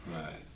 Right